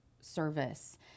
service